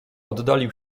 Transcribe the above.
oddalił